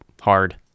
hard